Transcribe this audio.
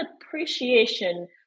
appreciation